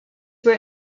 were